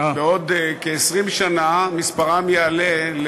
בעוד כ-20 שנה מספרם יעלה,